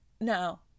Now